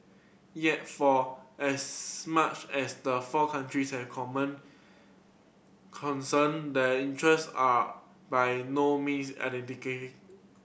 yet for as much as the four countries have common concern their interest are by no means identical